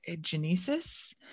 genesis